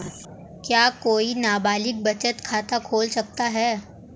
क्या कोई नाबालिग बचत खाता खोल सकता है?